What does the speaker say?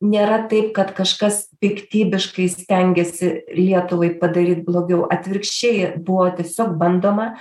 nėra taip kad kažkas piktybiškai stengėsi lietuvai padaryt blogiau atvirkščiai buvo tiesiog bandoma